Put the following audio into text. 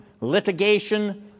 litigation